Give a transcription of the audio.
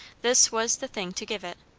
this was the thing to give it.